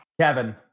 Kevin